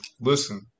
listen